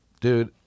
dude